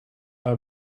out